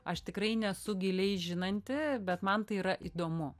aš tikrai nesu giliai žinanti bet man tai yra įdomu